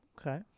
Okay